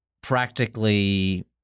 practically